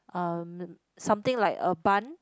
um something like a bun